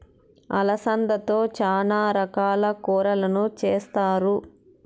అలసందలతో చానా రకాల కూరలను చేస్తారు